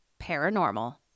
Paranormal